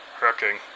Cracking